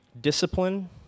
discipline